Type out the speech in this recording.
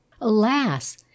Alas